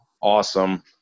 awesome